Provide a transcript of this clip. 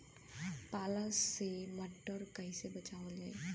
पाला से मटर कईसे बचावल जाई?